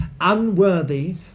unworthy